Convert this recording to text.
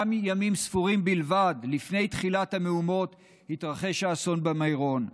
גם ימים ספורים בלבד לפני תחילת המהומות התרחש האסון במירון,